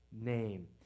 name